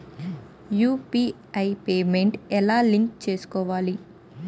UPI payment ఎలా link చేసుకోవాలి?